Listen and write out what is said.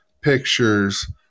pictures